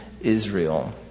Israel